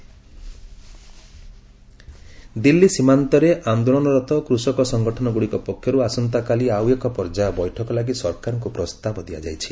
farmers talk Delhi ସୀମାନ୍ତରେ ଆନ୍ଦୋଳନରତ କୃଷକ ସଙ୍ଗଠନଗୁଡ଼ିକ ପକ୍ଷରୁ ଆସନ୍ତାକାଲି ଆଉ ଏକ ପର୍ଯ୍ୟାୟ ବୈଠକ ଲାଗି ସରକାରଙ୍କୁ ପ୍ରସ୍ତାବ ଦିଆଯାଇଛି